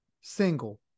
single